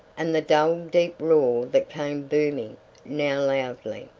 and the dull deep roar that came booming now loudly,